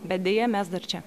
bet deja mes dar čia